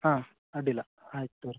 ಹಾಂ ಅಡ್ಡಿಯಿಲ್ಲ ಆಯ್ತು ತೋರಿ